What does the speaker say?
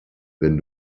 wenn